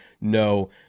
No